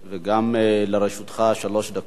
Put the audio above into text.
וגם לרשותך שלוש דקות.